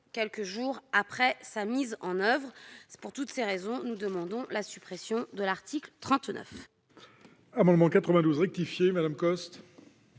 quelques jours après sa mise en oeuvre. Pour toutes ces raisons, nous demandons la suppression de l'article 39.